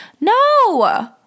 No